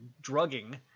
drugging